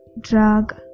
drug